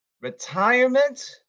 retirement